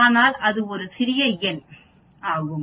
ஆனால் அது ஒரு சிறிய எண் n ஆகும்